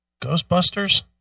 Ghostbusters